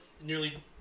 nearly